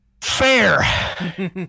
fair